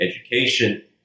education